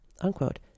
unquote